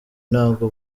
ntabwo